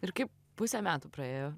ir kaip pusė metų praėjo